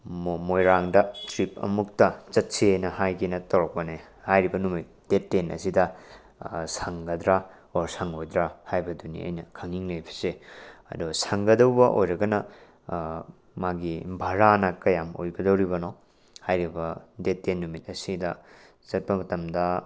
ꯃꯣ ꯃꯣꯏꯔꯥꯡꯗ ꯇ꯭ꯔꯤꯞ ꯑꯃꯨꯛꯇꯥ ꯆꯠꯁꯦꯅ ꯍꯥꯏꯒꯦꯅ ꯇꯧꯔꯛꯄꯅꯦ ꯍꯥꯏꯔꯤꯕ ꯅꯨꯃꯤꯠ ꯗꯦꯠ ꯇꯦꯟ ꯑꯁꯤꯗ ꯁꯪꯒꯗ꯭ꯔꯥ ꯑꯣꯔ ꯁꯪꯉꯣꯏꯗ꯭ꯔꯥ ꯍꯥꯏꯕꯗꯨꯅꯤ ꯑꯩꯅ ꯈꯪꯅꯤꯡꯂꯤꯕꯁꯤ ꯑꯗꯣ ꯁꯪꯒꯗꯕ ꯑꯣꯏꯔꯒꯅ ꯃꯥꯒꯤ ꯚꯔꯥꯅ ꯀꯌꯥꯝ ꯑꯣꯏꯒꯗꯧꯔꯤꯕꯅꯣ ꯍꯥꯏꯔꯤꯕ ꯗꯦꯠ ꯇꯦꯟ ꯅꯨꯃꯤꯠ ꯑꯁꯤꯗ ꯆꯠꯄ ꯃꯇꯝꯗ